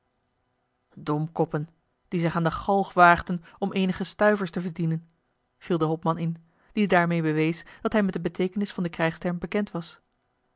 domkoppen die zich aan de galg waagden om eenige stuivers te verdienen viel de hopman in die daarmeê bewees dat hij met de beteekenis van den krijgsterm bekend was